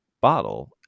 bottle